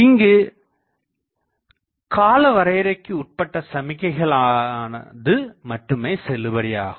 இங்கு கால வரையறைக்கு உட்பட்ட சமிக்கைகளானது மட்டுமே செல்லுபடியாகும்